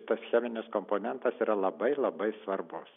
tas cheminis komponentas yra labai labai svarbus